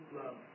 love